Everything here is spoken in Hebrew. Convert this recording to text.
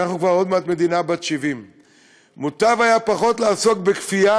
אנחנו עוד מעט מדינה בת 70. מוטב היה לעסוק פחות בכפייה